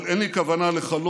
אבל אין לי הכוונה לכלות